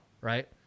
right